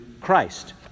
Christ